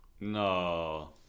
No